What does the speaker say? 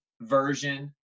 version